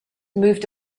moved